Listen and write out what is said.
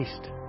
East